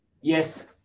Yes